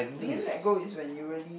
I think let go is when you really